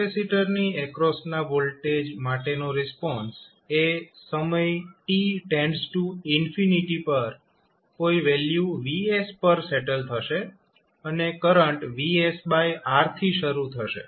કેપેસિટરની એક્રોસના વોલ્ટેજ માટેનો રિસ્પોન્સ એ સમય t પર કોઈ વેલ્યુ Vs પર સેટલ થશે અને કરંટ VsR થી શરુ થશે